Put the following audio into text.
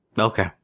Okay